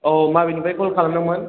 औ माबेनिफ्राय कल खालामदोंमोन